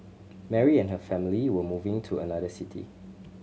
Mary and her family were moving to another city